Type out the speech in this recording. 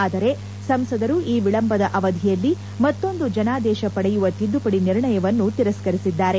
ಆದರೆ ಸಂಸದರು ಈ ವಿಳಂಬದ ಅವಧಿಯಲ್ಲಿ ಮತ್ತೊಂದು ಜನಾದೇಶ ಪಡೆಯುವ ತಿದ್ದುಪಡಿ ನಿರ್ಣಯವನ್ನು ತಿರಸ್ಕರಿಸಿದ್ದಾರೆ